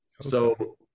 So-